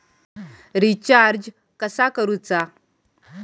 Recharge कसा करूचा?